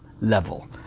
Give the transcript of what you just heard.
level